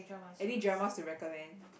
any dramas to recommend